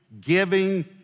giving